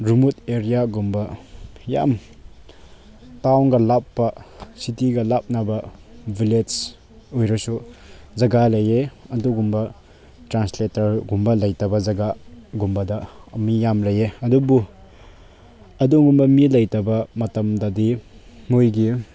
remote ꯑꯦꯔꯤꯌꯥꯒꯨꯝꯕ ꯌꯥꯝ ꯇꯥꯎꯟꯒ ꯂꯥꯞꯄ ꯁꯤꯇꯤꯒ ꯂꯥꯞꯅꯕ ꯚꯤꯂꯦꯖ ꯑꯣꯏꯔꯁꯨ ꯖꯒꯥ ꯂꯩꯌꯦ ꯑꯗꯨꯒꯨꯝꯕ ꯇ꯭ꯔꯥꯟꯁꯂꯦꯇ꯭ꯔꯒꯨꯝꯕ ꯂꯩꯇꯕ ꯖꯒꯥꯒꯨꯝꯕꯗ ꯃꯤ ꯌꯥꯝ ꯂꯩꯌꯦ ꯑꯗꯨꯕꯨ ꯑꯗꯨꯒꯨꯝꯕ ꯃꯤ ꯂꯩꯇꯕ ꯃꯇꯝꯗꯗꯤ ꯃꯣꯏꯒꯤ